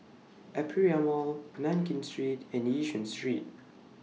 Aperia Mall Nankin Street and Yishun Street